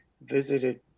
visited